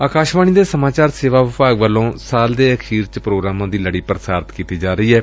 ਅਕਾਸ਼ਵਾਣੀ ਦੇ ਸਮਾਚਾਰ ਸੇਵਾ ਵਿਭਾਗ ਵੱਲੋਂ ਸਾਲ ਦੇ ਅਖੀਰ ਚ ਪ੍ਰੋਗਰਾਮਾਂ ਦੀ ਲਤੀ ਪ੍ਰਸਾਰਿਤ ਕੀਤੀ ਜਾ ਰਹੀ ਏ